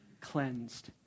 cleansed